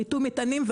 ריתום מטענים,